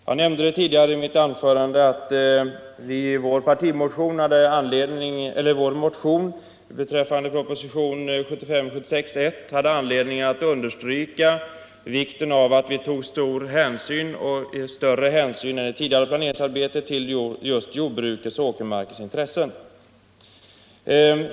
Jag nämnde tidigare i mitt anförande att vi i vår motion med anledning av proposition 1975/76:1 understrukit vikten av att man tar större hänsyn än som skett i det tidigare planeringsarbetet till just jordbrukets åkermark.